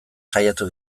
saiatu